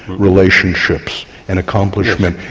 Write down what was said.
relationships, and accomplishment.